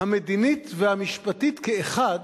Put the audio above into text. המדינית והמשפטית כאחד,